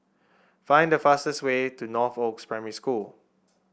find the fastest way to Northoaks Primary School